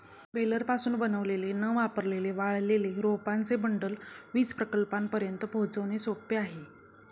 बेलरपासून बनवलेले न वापरलेले वाळलेले रोपांचे बंडल वीज प्रकल्पांपर्यंत पोहोचवणे सोपे आहे